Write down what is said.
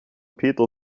peter